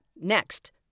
Next